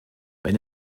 wenn